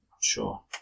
sure